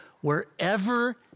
wherever